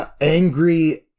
angry